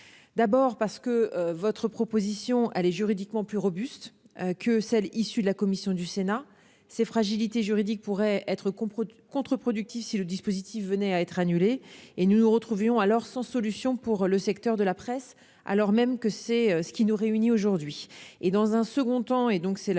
Premièrement, votre proposition est juridiquement plus robuste que celle de la commission, dont les fragilités juridiques pourraient être contre-productives si le dispositif venait à être annulé. Nous nous retrouverions alors sans solution pour le secteur de la presse, alors même qu'il s'agit de notre préoccupation